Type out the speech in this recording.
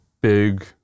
big